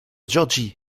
georgie